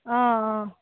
অঁ অঁ